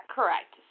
Correct